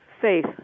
faith